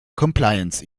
compliance